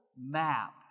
map